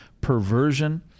perversion